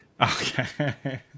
Okay